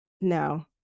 no